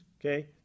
okay